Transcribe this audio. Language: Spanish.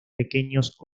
pequeños